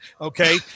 Okay